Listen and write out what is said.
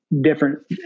different